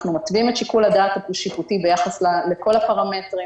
אנחנו מתווים את שיקול הדעת השיפוטי ביחס לכל הפרמטרים.